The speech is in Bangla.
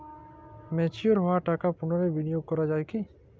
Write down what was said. ম্যাচিওর হওয়া টাকা পুনরায় বিনিয়োগ করা য়ায় কি?